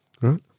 right